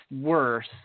worse